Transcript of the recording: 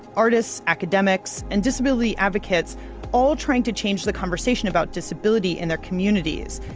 artists, academics, and disability advocates all trying to change the conversation about disability in their communities.